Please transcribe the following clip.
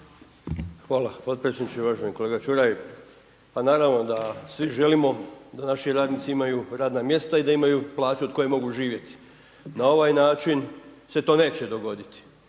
Hvala potpredsjedniče. Uvaženi kolega Čuraj, pa naravno da svi želimo da naši radnici imaju radna mjesta i da imaju plaću od koje mogu živjeti. Na ovaj način se to neće dogoditi